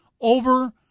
over